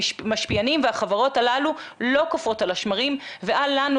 המשפיענים והחברות הללו לא קופאים על השמרים ואל לנו